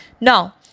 Now